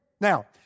Now